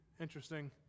interesting